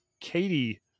Katie